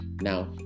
Now